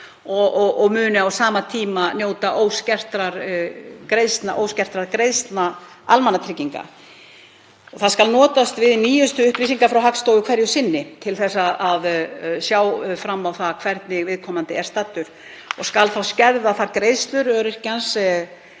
og muni á sama tíma njóta óskertra greiðslna almannatrygginga. Notast skal við nýjustu upplýsingar frá Hagstofunni hverju sinni til þess að sjá fram úr því hvernig viðkomandi er staddur. Skal þá skerða þær greiðslur